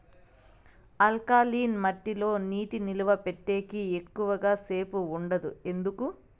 alkaline మట్టి లో నీటి నిలువ పెట్టేకి ఎక్కువగా సేపు ఉండదు ఎందుకు